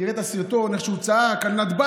ותראה את הסרטון על איך שהוא צעק על נתב"ג,